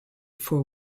for